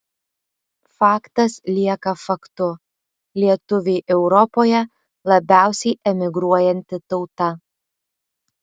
faktas lieka faktu lietuviai europoje labiausiai emigruojanti tauta